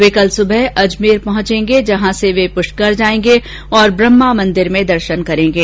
वे कल सुबह अजमेर पहुंचेंगे जहां से वे पृष्कर जाएंगे और ब्रहमा मंदिर में दर्शन करेंगे